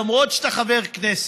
למרות שאתה חבר כנסת,